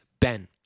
Ben